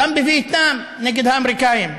גם בווייטנאם נגד האמריקנים,